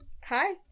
Hi